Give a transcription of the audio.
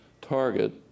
target